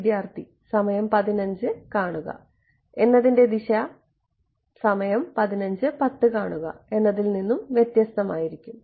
വിദ്യാർത്ഥി എന്നതിൻറെ ദിശ എന്നതിൽ നിന്നും വ്യത്യസ്തമായിരിക്കും